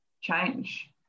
change